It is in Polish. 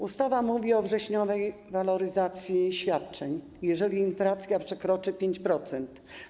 Ustawa mówi o wrześniowej waloryzacji świadczeń, jeżeli inflacja przekroczy 5%.